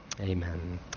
Amen